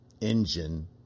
engine